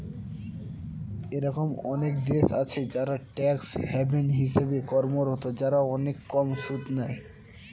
এরকম অনেক দেশ আছে যারা ট্যাক্স হ্যাভেন হিসেবে কর্মরত, যারা অনেক কম সুদ নেয়